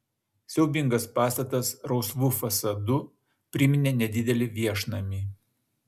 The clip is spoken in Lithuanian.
siaubingas pastatas rausvu fasadu priminė nedidelį viešnamį